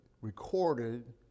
recorded